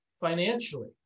financially